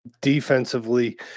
defensively